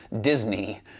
Disney